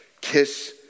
kiss